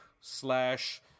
slash